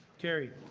carried.